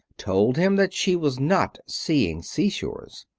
told him that she was not seeing seashores.